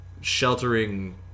sheltering